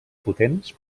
potents